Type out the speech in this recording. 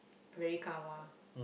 very karma